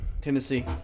Tennessee